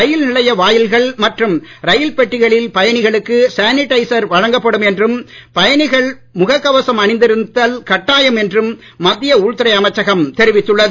ரயில் நிலைய வாயில்கள் மற்றும் ரயில் பெட்டிகளில் பயணிகளுக்கு சேனிடைசர் வழங்கப்படும் என்றும் பயணிகள் முகக் கவசம் அணிந்திருத்தல் கட்டாயம் என்றும் மத்திய உள்துறை அமைச்சகம் தெரிவித்துள்ளது